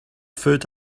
food